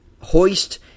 hoist